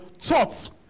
thoughts